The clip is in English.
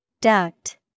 Duct